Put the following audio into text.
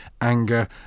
anger